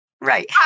Right